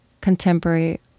contemporary